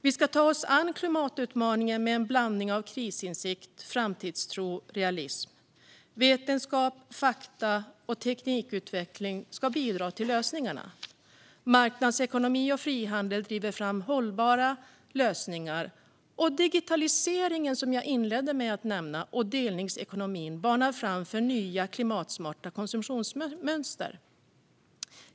Vi ska ta oss an klimatutmaningen med en blandning av krisinsikt, framtidstro och realism. Vetenskap, fakta och teknikutveckling ska bidra till lösningarna. Marknadsekonomi och frihandel driver fram hållbara lösningar. Digitaliseringen, som jag inledde med att nämna, och delningsekonomin banar väg för nya klimatsmarta konsumtionsmönster.